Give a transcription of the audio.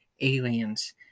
aliens